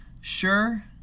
Sure